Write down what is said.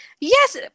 yes